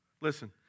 Listen